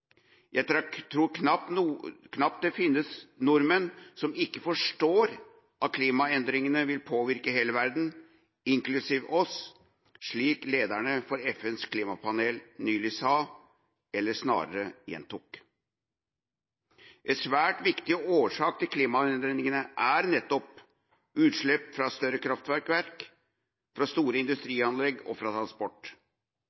Jeg tror knapt det finnes nordmenn som ikke forstår at klimaendringene vil påvirke hele verden, inklusiv oss, slik lederen for FNs klimapanel nylig sa – eller snarere gjentok. En svært viktig årsak til klimaendringene er utslipp fra større kraftverk, fra store